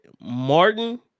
Martin